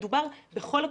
מדובר בכל הקבוצות.